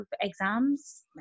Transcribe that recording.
exams